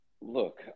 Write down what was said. Look